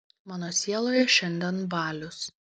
mano sieloje šiandien balius